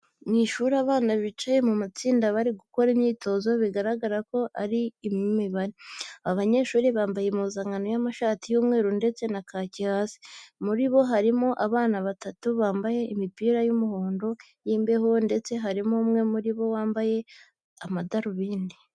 Mu ishuri abana bicaye mu matsinda bari gukora imyitozo bigaragara ko ari iy'imibare. Aba banyeshuri bambaye impuzankano y'amashati y'umweru ndetse na kaki hasi. Muri bo harimo abana batatu bambaye imipira y'umuhondo y'imbeho ndetse harimo umwe muri bo wambaye amadarubindi.